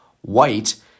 white